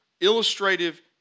illustrative